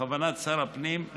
בכוונת שר הפנים,